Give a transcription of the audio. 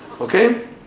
Okay